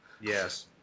Yes